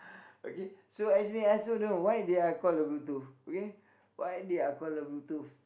okay so actually I also don't know why they are call a Bluetooth okay why they're call a Bluetooth